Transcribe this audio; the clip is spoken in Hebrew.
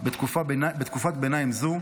כירופרקט בתקופת ביניים זו.